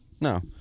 no